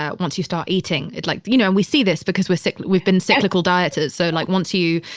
ah once you start eating, it like, you know, and we see this because we're cyc, we've been cyclical dieters. so like once you,